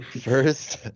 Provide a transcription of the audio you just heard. First